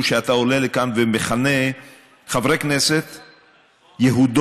שאתה עולה לכאן ומכנה חברי כנסת "יהודון",